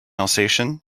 alsatian